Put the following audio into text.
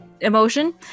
emotion